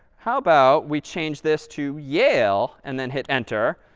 how about we change this to yale and then hit enter?